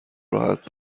راحت